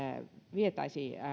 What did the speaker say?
vietäisi